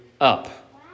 up